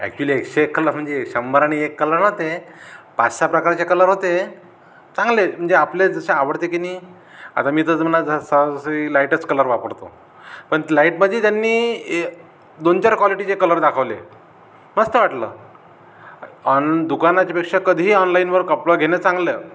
actually एक से एक कलर म्हणजे एक शंभर आणि एक कलर नव्हते पाचसहा प्रकारचे कलर होते चांगले आहेत म्हणजे आपले जसे आवडते की नाही आता मी तर जर म्हणा जर सगळी लाईटच कलर वापरतो पण लाईटमध्ये त्यांनी ए दोन चार क्वालिटीचे कलर दाखवले मस्त वाटलं ऑन दुकानाच्यापेक्षा कधीही ऑनलाईनवर कपडं घेणं चांगलं